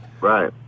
right